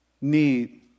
need